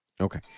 Okay